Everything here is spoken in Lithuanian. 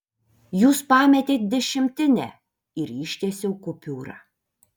jūs pametėt dešimtinę ir ištiesiau kupiūrą